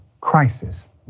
crisis